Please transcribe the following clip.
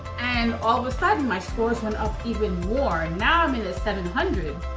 and all of a sudden my scores went up even more. now i'm in the seven hundred